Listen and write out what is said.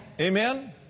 Amen